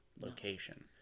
location